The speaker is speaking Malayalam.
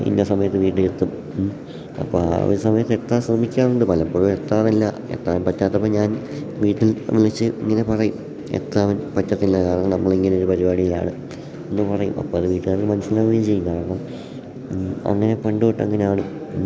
ഇന്ന സമയത്ത് വീട്ടിൽ എത്തും അപ്പം ആ ഒരു സമയത്ത് എത്താൻ ശ്രമിക്കാറുണ്ട് പലപ്പോഴും എത്താറില്ല എത്താൻ പറ്റാത്തതുകൊണ്ട് ഞാൻ വീട്ടിൽ വിളിച്ച് ഇങ്ങനെ പറയും എത്താൻ പറ്റത്തില്ല കാരണം നമ്മളിങ്ങനെ ഒരു പരിപാടിയിലാണ് എന്നു പറയും അപ്പോൾ അത് വീട്ടുകാർക്ക് മനസ്സിലാവുകയും ചെയ്യും കാരണം അങ്ങനെ പണ്ടുതൊട്ട് അങ്ങനെയാണ്